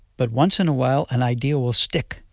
but once in awhile an idea will stick,